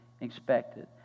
expected